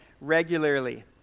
regularly